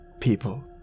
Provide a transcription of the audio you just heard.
people